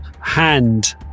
hand